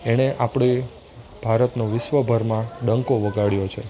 એણે આપણી ભારતનો વિશ્વભરમાં ડંકો વગાડ્યો છે